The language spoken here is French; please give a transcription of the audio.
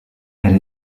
elle